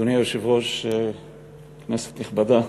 אדוני היושב-ראש, כנסת נכבדה,